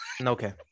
Okay